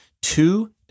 two